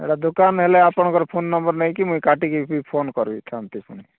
ଏଇଟା ଦୋକାନ ହେଲେ ଆପଣଙ୍କର ଫୋନ୍ ନମ୍ବର୍ ନେଇକରି ମୁଁ କାଟିକି ଫୋନ୍ କରିଥାନ୍ତି ପୁଣି